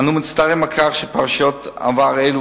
אנו מצטערים על כך שפרשיות עבר אלו,